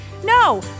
No